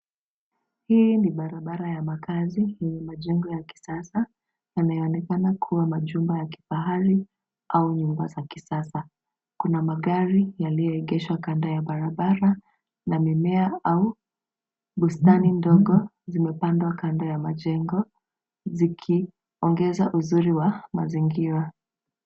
Hii ni barabara ya makazi yenye majengo ya kisasa yanayoonekana kuwa majumba ya kifahari au nyumba za kisiasa. Kuna magari yaliyoegeshwa kando ya barabara na mimea au bustani ndogo zimepandwa kando ya majengo zikiongeza uzuri wa mazingira.